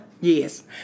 Yes